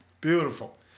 Beautiful